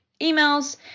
emails